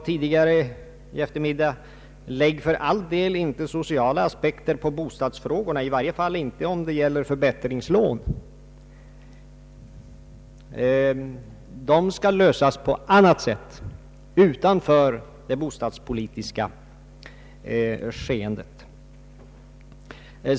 Tidigare i eftermiddags sade han ungefär: Lägg för all del inte sociala aspekter på bostadsfrågorna, i varje fall inte om det gäller förbättringslån! De aspekterna skall klaras på annat sätt utanför det bostadspolitiska skeendet.